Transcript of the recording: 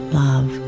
love